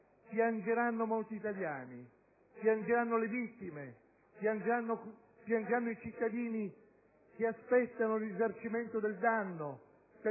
piangeranno molti italiani. Piangeranno le vittime, piangeranno i cittadini che aspettano il risarcimento del danno,